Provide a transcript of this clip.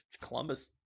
Columbus